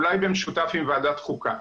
אולי במשותף עם ועדת חוקה.